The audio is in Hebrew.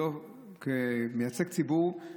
כמייצגי ציבור,